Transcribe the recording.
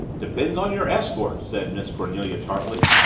depends on your escort, said miss cornelia tartly.